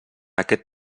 aquest